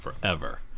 forever